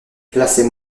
placez